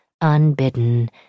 unbidden